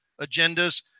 agendas